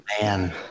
man